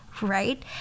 right